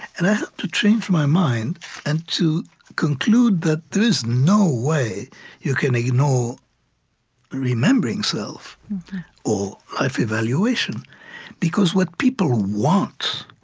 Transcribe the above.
and i had to change my mind and to conclude that there is no way you can ignore remembering self or life evaluation because what people want